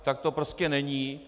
Tak to prostě není.